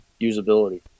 usability